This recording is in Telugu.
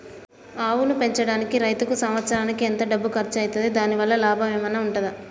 ఆవును పెంచడానికి రైతుకు సంవత్సరానికి ఎంత డబ్బు ఖర్చు అయితది? దాని వల్ల లాభం ఏమన్నా ఉంటుందా?